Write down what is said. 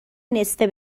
نصفه